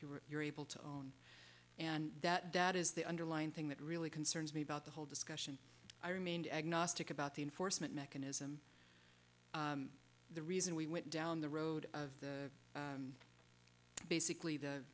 much you were able to own and that that is the underlying thing that really concerns me about the whole discussion i remained agnostic about the enforcement mechanism the reason we went down the road of basically the